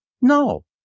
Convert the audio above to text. No